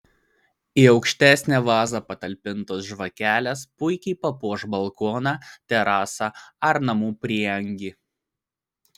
į aukštesnę vazą patalpintos žvakelės puikiai papuoš balkoną terasą ar namų prieangį